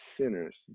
sinners